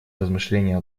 размышления